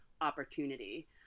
opportunity